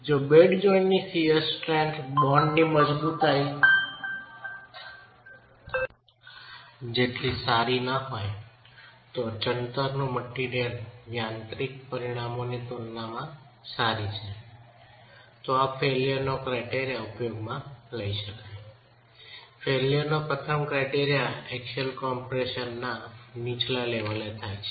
જો bed joint ની shear strength બોન્ડની મજબૂતાઈ જેટલી સારી ન હોય તો ચણતર નું મટિરિયલ યાંત્રિક પરિમાણોની તુલનામાં સારી છે તો આ ફેઇલ્યરનો ક્રાયટેરિયા ઉપયોગમાં લઈ શકાય ફેઇલ્યરનો પ્રથમ ક્રાયટેરિયા એક્સિયલ કમ્પ્રેશનના નીચેના લેવલે થાય છે